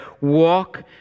walk